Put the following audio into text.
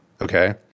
Okay